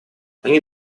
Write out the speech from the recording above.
они